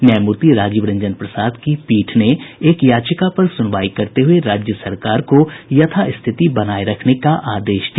न्यायमूर्ति राजीव रंजन प्रसाद की पीठ ने एक याचिका पर सुनवाई करते हुये राज्य सरकार को यथा स्थिति बनाये रखने का आदेश दिया